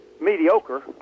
mediocre